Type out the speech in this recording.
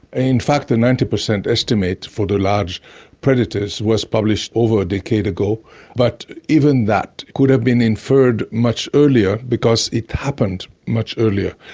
in fact the ninety percent estimate for the large predators was published over a decade ago but even that could have been inferred much earlier because it happened much earlier.